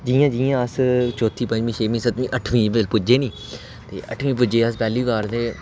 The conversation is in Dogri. जि'यां जि'यां अस चौथी पंजमीं छेमीं सतमीं अठमीं पुज्जे निं ते अठमीं पुज्जे अस पैह्ली बार ते